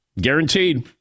Guaranteed